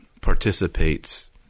participates